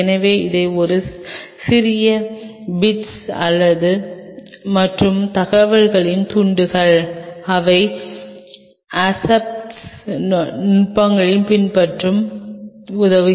எனவே இவை ஒரு சிறிய பிட்கள் மற்றும் தகவல்களின் துண்டுகள் அவை அசெப்டிக் நுட்பங்களைப் பின்பற்ற உதவும்